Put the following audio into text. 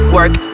Work